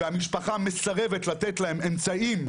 והמשפחה מסרבת לתת להם אמצעים,